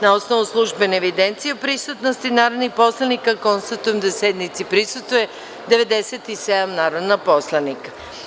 Na osnovu službene evidencije o prisutnosti narodnih poslanika, konstatujem da sednici prisustvuje 97 narodnih poslanika.